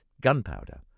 gunpowder